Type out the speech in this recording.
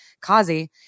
Kazi